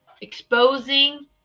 exposing